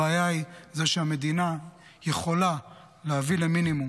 הבעיה היא שהמדינה יכולה להביא למינימום